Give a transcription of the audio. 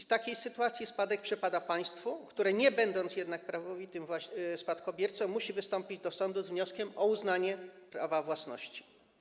W takiej sytuacji spadek przypada państwu, które nie będąc jednak prawowitym spadkobiercą, musi wystąpić do sądu z wnioskiem o uznanie prawa własności.